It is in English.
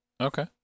okay